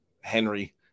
Henry